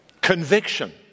conviction